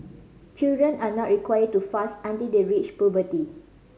children are not required to fast until they reach puberty